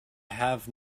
have